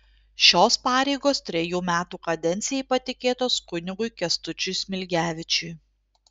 šios pareigos trejų metų kadencijai patikėtos kunigui kęstučiui smilgevičiui